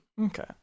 Okay